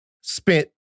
spent